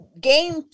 game